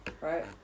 right